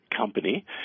company